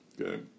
okay